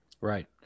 Right